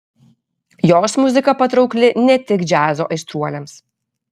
jos muzika patraukli ne tik džiazo aistruoliams